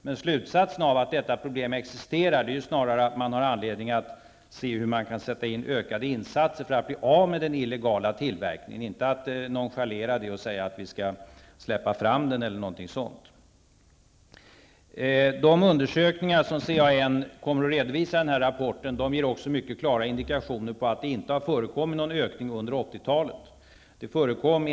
Men slutsatsen av att detta problem existerar är snarare att man har anledning att se hur man kan sätta in ökade insatser för att bli av med den illegala tillverkningen, inte att nonchalera den och säga att vi skall släppa fram den eller någonting sådant. De undersökningar CAN kommer att redovisa i denna rapport ger också mycket klara indikationer på att det inte har förekommit någon ökning under 1980-talet.